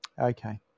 Okay